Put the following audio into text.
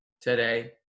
today